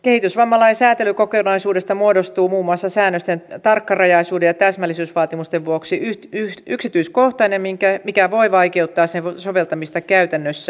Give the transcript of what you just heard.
kehitysvammalain säätelykokonaisuudesta muodostuu muun muassa säädösten tarkkarajaisuuden ja täsmällisyysvaatimusten vuoksi yksityiskohtainen mikä voi vaikeuttaa sen soveltamista käytännössä